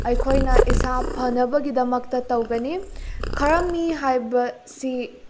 ꯑꯩꯈꯣꯏꯅ ꯏꯁꯥ ꯐꯅꯕꯒꯤꯗꯃꯛꯇ ꯇꯧꯒꯅꯤ ꯈꯔꯝꯕꯤ ꯍꯥꯏꯕꯁꯤ